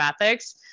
ethics